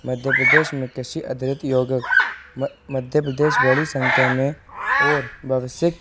मध्य प्रदेश में कृषि अधरति योगक मध्य प्रदेश बड़ी संख्या में और भविष्यक